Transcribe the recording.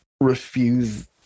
refuse